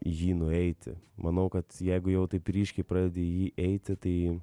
jį nueiti manau kad jeigu jau taip ryškiai pradedi jį eiti tai